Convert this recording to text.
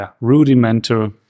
rudimentary